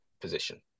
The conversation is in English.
position